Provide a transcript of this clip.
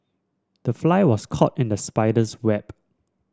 the fly was caught in the spider's web